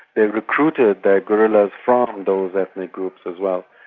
they recruited their guerrillas from those ethnic groups as well.